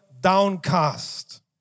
downcast